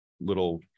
little